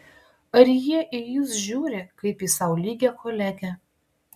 ar jie į jus žiūri kaip į sau lygią kolegę